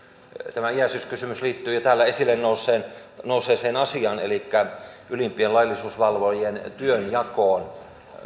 tämä iäisyyskysymys liittyy jo täällä esille nousseeseen nousseeseen asiaan elikkä ylimpien laillisuusvalvojien työnjakoon